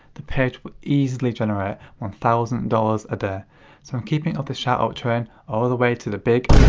the page will easily generate one thousand dollars a day so i'm keeping up the shoutout train all the way to the big.